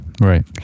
Right